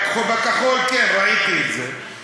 בכחול כן, ראיתי את זה.